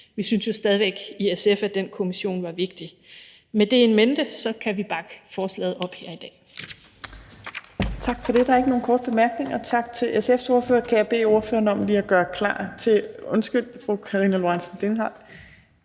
Vi synes jo stadig væk i SF, at den kommission var vigtig. Med det in mente kan vi bakke forslaget op her i dag.